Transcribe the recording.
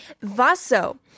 Vaso